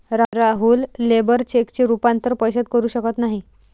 राहुल लेबर चेकचे रूपांतर पैशात करू शकत नाही